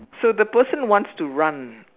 so the person wants to run